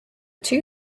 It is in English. two